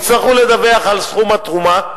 יצטרכו לדווח על סכום התרומה,